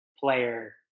player